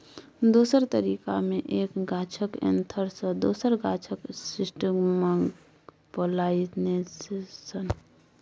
दोसर तरीका मे एक गाछक एन्थर सँ दोसर गाछक स्टिगमाक पोलाइनेशन